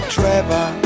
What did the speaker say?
Trevor